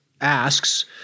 asks